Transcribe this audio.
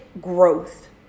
growth